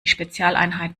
spezialeinheit